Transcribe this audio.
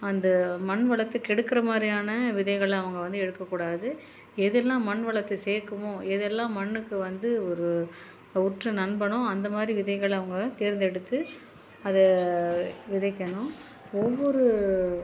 அந்த மண்வளத்தை கெடுக்கிற மாதிரியான விதைகளை அவங்க வந்து எடுக்கக்கூடாது எதெல்லாம் மண் வளத்தை சேர்க்குமா எதெல்லாம் மண்ணுக்கு வந்து ஒரு உற்று நண்பனோ அந்த மாதிரி விதைகளை அவங்க தேர்ந்து எடுத்து அதை விதைக்கணும் ஒவ்வொரு